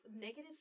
Negative